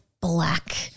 Black